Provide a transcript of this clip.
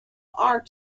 are